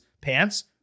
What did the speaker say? pants